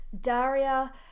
Daria